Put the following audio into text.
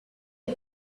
est